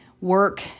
work